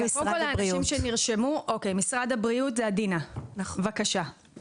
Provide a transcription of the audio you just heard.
משרד הבריאות עדינה, בבקשה.